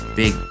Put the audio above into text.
big